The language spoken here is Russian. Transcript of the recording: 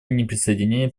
неприсоединения